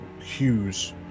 hues